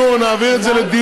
אנחנו נעביר את זה לדיון,